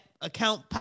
account